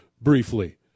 briefly